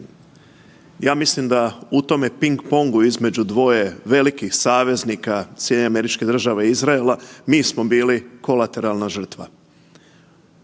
ja mislim da u tome ping-pongu između dvoje velikih saveznika SAD-a i Izraela, mi smo bili kolateralna žrtva.